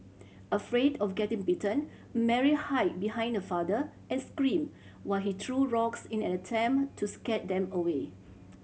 afraid of getting bitten Mary hide behind her father and screamed while he threw rocks in an attempt to scare them away